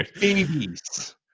babies